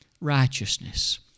Righteousness